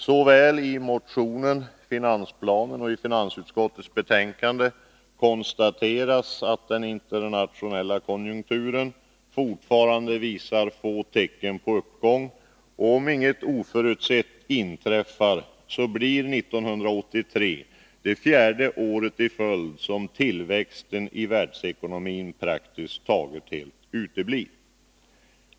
Såväl i motionen och i finansplanen som i finansutskottets betänkande konstateras att den internationella konjunkturen fortfarande visar få tecken på uppgång, och om inget oförutsett inträffar blir 1983 det fjärde året i följd som tillväxten i världsekonomin praktiskt taget helt uteblir.